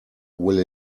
will